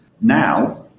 Now